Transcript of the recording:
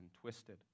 twisted